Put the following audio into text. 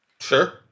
Sure